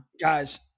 guys